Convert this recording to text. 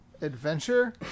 Adventure